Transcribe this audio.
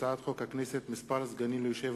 הצעת חוק הכנסת (מספר הסגנים ליושב-ראש